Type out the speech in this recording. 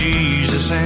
Jesus